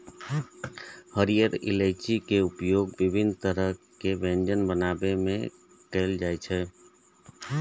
हरियर इलायची के उपयोग विभिन्न तरहक व्यंजन बनाबै मे कैल जाइ छै